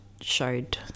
showed